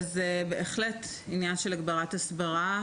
זהו בהחלט עניין של הגברת הסברה.